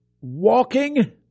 walking